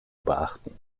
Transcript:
beachten